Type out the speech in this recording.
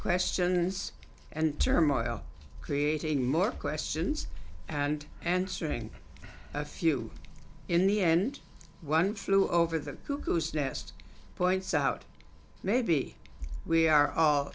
questions and turmoil creating more questions and answering a few in the end one flew over the cuckoo's nest points out maybe we are